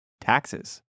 taxes